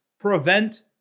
prevent